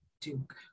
Duke